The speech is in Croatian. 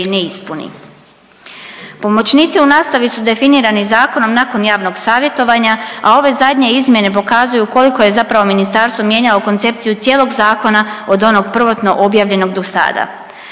Pomoćnici u nastavi su definirani zakonom nakon javnog savjetovanja, a ove zadnje izmjene pokazuju koliko je zapravo ministarstvo mijenjalo koncepciju cijelog zakona od onog prvotno objavljenog dosada.